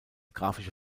grafische